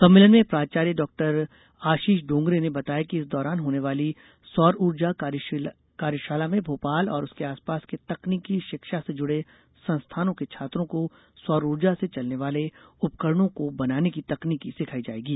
सम्मेलन में प्राचार्य डॉक्टर आशीष डोंगरे ने बताया कि इस दौरान होने वाली सौर ऊर्जा कार्यशाला में भोपाल और उसके आस पास के तकनीकी शिक्षा से जुड़े संस्थानों के छात्रों को सौर ऊर्जा से चलने वाले उपकरणों को बनाने की तकनीकी सिखाई जाएगी